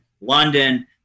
London